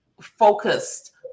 focused